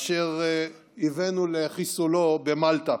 אשר הבאנו לחיסולו במלטה.